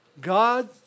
God